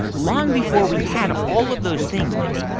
long before we had all of those things, mindy,